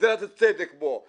מדינת צדק פה.